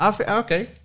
okay